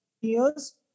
years